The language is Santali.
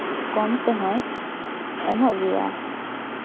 ᱠᱚᱢ ᱛᱮᱦᱚᱸᱭ ᱮᱢᱚᱜ ᱜᱮᱭᱟ